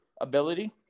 ability